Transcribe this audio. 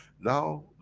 now,